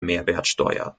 mehrwertsteuer